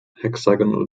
hexagonal